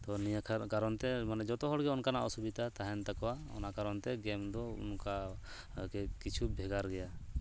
ᱛᱚ ᱱᱤᱭᱟᱹ ᱠᱟᱨᱚᱱ ᱛᱮ ᱢᱟᱱᱮ ᱡᱚᱛᱚ ᱦᱚᱲ ᱜᱮ ᱚᱱᱠᱟᱱᱟᱜ ᱚᱥᱩᱵᱤᱛᱟ ᱛᱟᱦᱮᱱ ᱛᱟᱠᱚᱣᱟ ᱚᱱᱟ ᱠᱟᱨᱚᱱ ᱛᱮ ᱜᱮᱢ ᱫᱚ ᱚᱱᱠᱟ ᱠᱤᱪᱷᱩ ᱵᱷᱮᱜᱟᱨ ᱜᱮᱭᱟ